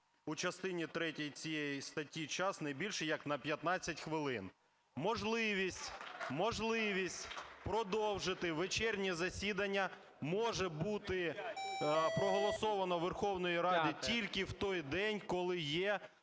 у частині третій цієї статті час не більш як на 15 хвилин. Можливість продовжити вечірнє засідання може бути проголосовано у Верховній Раді тільки в той день, коли є